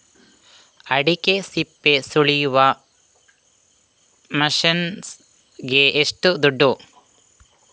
ಅಡಿಕೆ ಸಿಪ್ಪೆ ಸುಲಿಯುವ ಮಷೀನ್ ಗೆ ಏಷ್ಟು ದುಡ್ಡು?